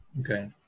Okay